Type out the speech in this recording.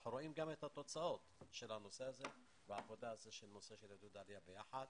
אנחנו רואים גם את התוצאות של הנושא הזה והעבודה של עידוד העלייה ביחד.